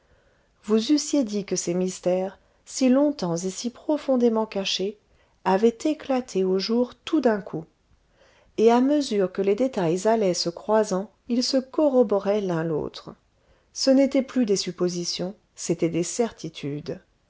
vous eussiez dit que ces mystères si longtemps et si profondément cachés avaient éclaté au jour tout d'un coup et à mesure que les détails allaient se croisant ils se corroboraient l'un l'autre ce n'étaient plus des suppositions c'étaient des certitudes